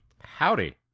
Howdy